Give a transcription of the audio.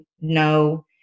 No